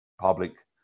public